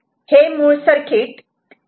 हे मूळ सर्किट आहे